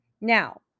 Now